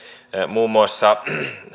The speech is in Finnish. muun muassa